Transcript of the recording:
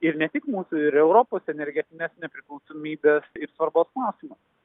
ir ne tik mūsų ir europos energetinės nepriklausomybės ir tvarkos klausimas